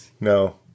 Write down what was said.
No